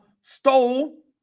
stole